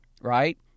Right